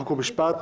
חוק ומשפט.